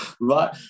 right